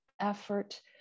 effort